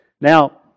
Now